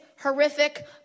horrific